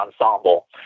ensemble